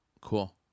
cool